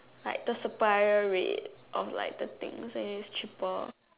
like the supplier rate of like the things then is cheaper